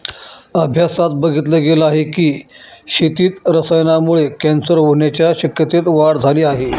अभ्यासात बघितल गेल आहे की, शेतीत रसायनांमुळे कॅन्सर होण्याच्या शक्यतेत वाढ झाली आहे